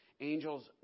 angels